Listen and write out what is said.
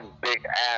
big-ass